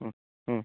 മ് മ്